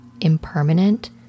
impermanent